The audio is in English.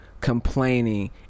complaining